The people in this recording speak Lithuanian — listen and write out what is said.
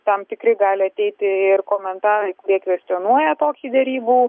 tam tikri gali ateiti ir komentarai kurie kvestionuoja tokį derybų